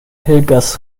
helgas